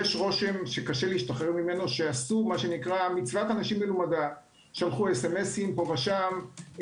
יש רושם שקשה להשתחרר ממנו שמצוות אנשים מלומדה שלחו סמ"סים פה ושם,